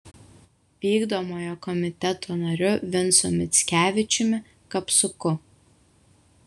vykdomojo komiteto nariu vincu mickevičiumi kapsuku